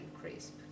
crisp